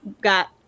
got